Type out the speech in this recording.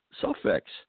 suffix